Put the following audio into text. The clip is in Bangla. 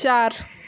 চার